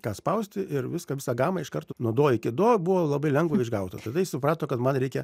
ką spausti ir viską visą gamą iš karto nuo do iki do buvo labai lengva išgauti o tada jisai suprato kad man reikia